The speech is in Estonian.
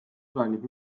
plaanib